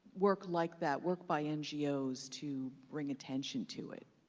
work like that, work by ngos to bring attention to it.